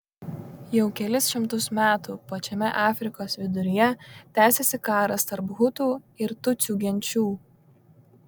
jau kelis šimtus metų pačiame afrikos viduryje tęsiasi karas tarp hutų ir tutsių genčių